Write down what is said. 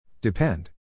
Depend